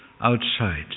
outside